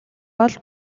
бол